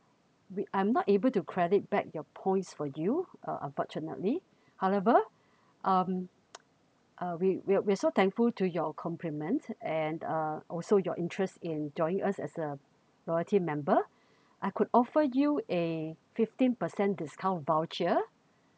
wait I'm not able to credit back your points for you uh unfortunately however um uh we we're we're so thankful to your compliment and uh also your interest in joining us as a loyalty member I could offer you a fifteen percent discount voucher